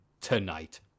tonight